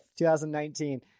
2019